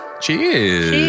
Cheers